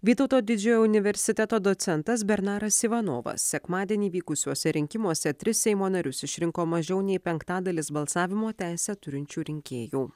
vytauto didžiojo universiteto docentas bernaras ivanovas sekmadienį vykusiuose rinkimuose tris seimo narius išrinko mažiau nei penktadalis balsavimo teisę turinčių rinkėjų